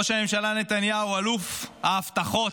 ראש הממשלה נתניהו, אלוף ההבטחות,